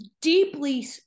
deeply